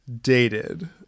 dated